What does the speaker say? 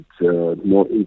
more